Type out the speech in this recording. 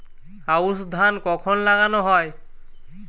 আউশ ধান কখন লাগানো হয়?